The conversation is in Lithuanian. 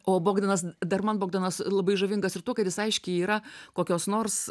o bogdanas dar man bogdanas labai žavingas ir tuo kad jis aiškiai yra kokios nors